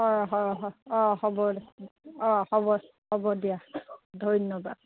অঁ হ হ অঁ হ'ব অঁ হ'ব হ'ব দিয়া ধন্য়বাদ